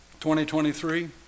2023